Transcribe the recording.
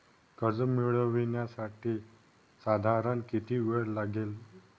कर्ज मिळविण्यासाठी साधारण किती वेळ लागेल?